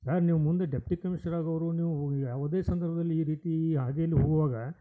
sir ನೀವು ಮುಂದೆ deputy commissioner ಆಗೋವ್ರು ನೀವೂ ಯಾವುದೇ ಸಂದರ್ಭಲ್ಲಿ ಈ ರೀತೀ ಈ ಹಾದಿಯಲ್ಲಿ ಹೋಗುವಾಗ